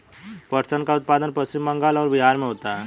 पटसन का उत्पादन पश्चिम बंगाल और बिहार में होता है